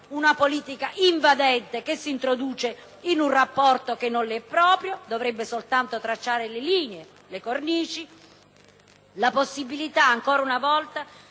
una politica invadente che si introduce in un rapporto che non le è proprio (dovrebbe soltanto tracciare le linee, le cornici); la possibilità ancora una volta